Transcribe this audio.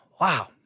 Wow